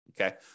okay